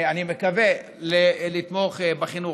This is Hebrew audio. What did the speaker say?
אני מקווה, לתמוך בחוק.